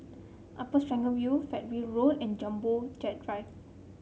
Upper Serangoon View Fernhill Road and Jumbo Jet Drive